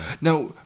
Now